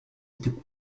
était